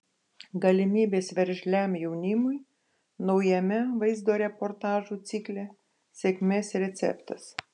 galimybės veržliam jaunimui naujame vaizdo reportažų cikle sėkmės receptas